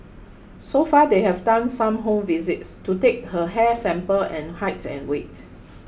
so far they have done some home visits to take her hair sample and height and weight